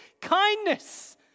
kindness